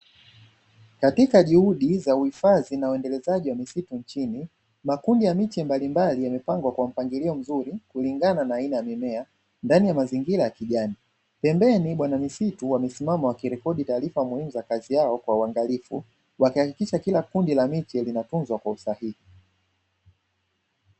Katika juhudi za uhifadhi na uendelezaji wa misitu nchini makundi ya miche mbalimbali yamepangwa kwa mpangilio mzuri kulingana na aina ya mimea ndani ya mazingira ya kijani. Pembeni bwana misitu wamesimama wakirekodi taarifa muhimu za kazi yao kwa uangalifu wakihakikisha kila kundi la miche linatunzwa kwa usahihi.